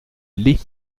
lit